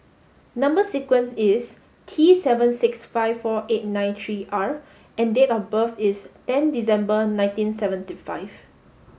number sequence is T seven six five four eight nine three R and date of birth is ten December nineteen seventy five